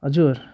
हजुर